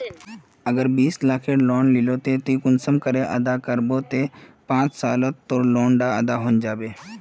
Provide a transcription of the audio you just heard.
अगर बीस लाखेर लोन लिलो ते ती कुंसम करे अदा करबो ते पाँच सालोत तोर लोन डा अदा है जाबे?